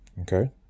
Okay